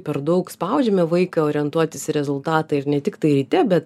per daug spaudžiame vaiką orientuotis į rezultatą ir ne tiktai ryte bet